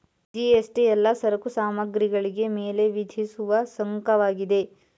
GST ಎಲ್ಲಾ ಸರಕು ಸಾಮಗ್ರಿಗಳಿಗೆ ಮೇಲೆ ವಿಧಿಸುವ ಸುಂಕವಾಗಿದೆ